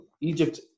Egypt